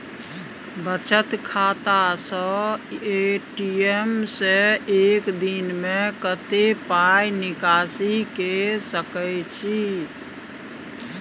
बचत खाता स ए.टी.एम से एक दिन में कत्ते पाई निकासी के सके छि?